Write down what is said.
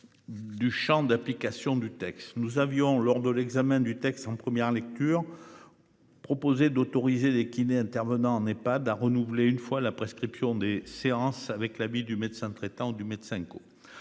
Du Champ d'application du texte, nous avions lors de l'examen du texte en première lecture. Proposé d'autoriser des kinés intervenant n'est pas d'a renouveler une fois la prescription des séances avec l'avis du médecin traitant du médecin Co